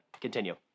Continue